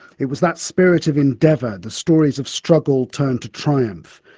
it was that spirit of endeavour, the stories of struggle turned to triumph,